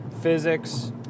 Physics